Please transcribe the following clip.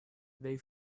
they